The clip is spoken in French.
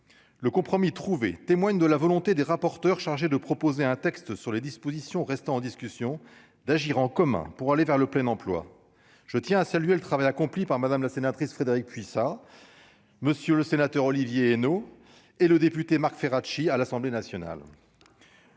le compromis trouvé témoigne de la volonté des rapporteurs chargés de proposer un texte sur les dispositions restant en discussion, d'agir en commun pour aller vers le plein emploi, je tiens à saluer le travail accompli par Madame la sénatrice, Frédérique Puissat, monsieur le sénateur, Olivier Henno et le député Marc Ferracci, à l'Assemblée nationale.